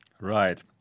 Right